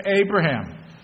Abraham